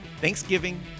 Thanksgiving